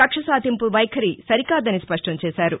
కక్షసాధింపు వైఖరి సరికాదని స్పష్టంచేశారు